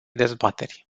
dezbateri